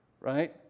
right